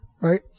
right